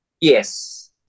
yes